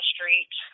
Street